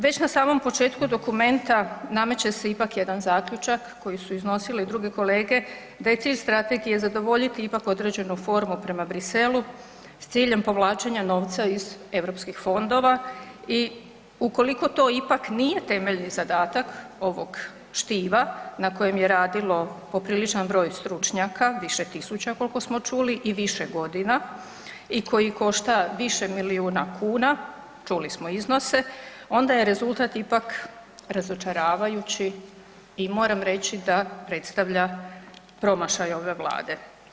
Već na samom početku dokumenta, nameće se ipak jedan zaključak koji su iznosili i druge kolege, da je cilj strategije zadovoljiti ipak određenu formu prema Bruxellesu s cilj povlačenja novca iz europskih fondova i ukoliko to ipak nije temeljni zadatak ovog štiva na kojem je radilo popriličan broj stručnjaka, više tisuća koliko smo čuli i više godina i koji košta više milijuna kuna, čuli smo iznose, onda je rezultat ipak razočaravajući i moram reći da predstavlja promašaj ove Vlade.